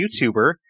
YouTuber